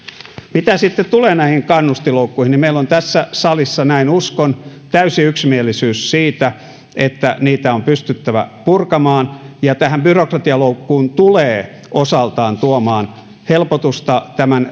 mitä sitten tulee näihin kannustinloukkuihin niin meillä on tässä salissa näin uskon täysi yksimielisyys siitä että niitä on pystyttävä purkamaan tähän byrokratialoukkuun tulee osaltaan tuomaan helpotusta